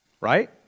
right